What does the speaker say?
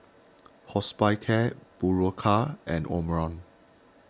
Hospicare Berocca and Omron